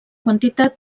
quantitat